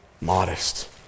modest